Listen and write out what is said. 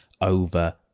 over